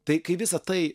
tai kai visa tai